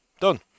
Done